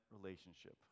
relationship